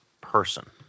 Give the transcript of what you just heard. person